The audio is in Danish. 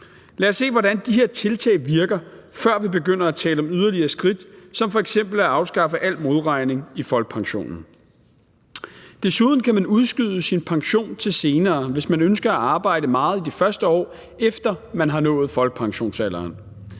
Lad os se, hvordan de her tiltag virker, før vi begynder at tale om yderligere skridt som f.eks. at afskaffe al modregning i folkepensionen. Desuden kan man udskyde sin pension til senere, hvis man ønsker at arbejde meget det første år, efter at man har nået folkepensionsalderen.